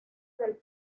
del